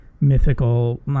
mythical